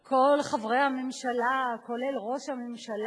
כל חברי הממשלה, כולל ראש הממשלה,